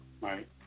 right